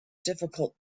difficult